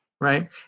Right